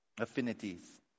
Affinities